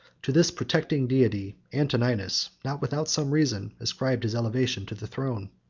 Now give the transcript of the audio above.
to this protecting deity, antoninus, not without some reason, ascribed his elevation to the throne.